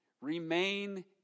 Remain